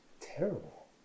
terrible